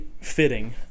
fitting